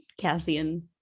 cassian